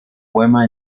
poema